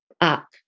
up